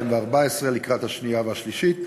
41), התשע"ד 2014, לקריאה השנייה והשלישית.